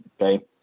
Okay